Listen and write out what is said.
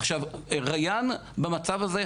עכשיו ריאן במצב הזה,